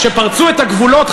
שפרצו את הגבולות,